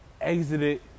exited